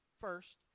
first